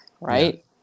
right